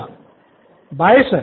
छात्र bye sir